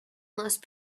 most